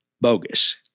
bogus